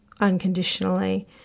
unconditionally